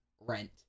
rent